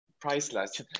priceless